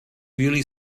really